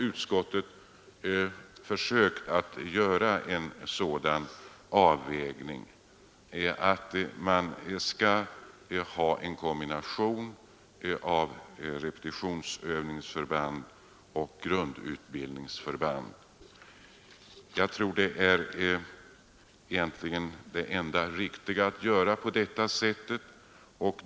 Utskottet har nu försökt göra en sådan avvägning att man får en kombination av repetitionsövningsförband och grundutbildningsförband. Det enda riktiga är nog att göra på detta sätt.